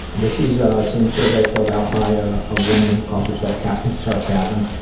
this is the same survey filled out by a ah woman who calls herself captain sarcasm.